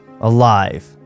alive